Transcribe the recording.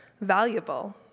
valuable